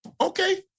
Okay